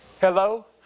Hello